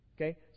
Okay